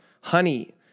honey